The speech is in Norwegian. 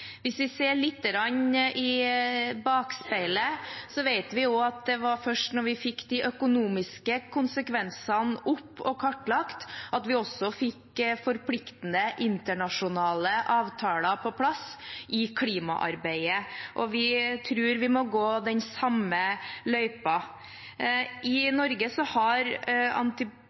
Hvis vi ser lite grann i bakspeilet, vet vi at i klimaarbeidet var det først da vi fikk opp og fikk kartlagt de økonomiske konsekvensene at vi også fikk forpliktende internasjonale avtaler på plass. Vi tror vi må gå den samme løypa. I Norge har